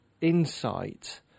insight